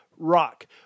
Rock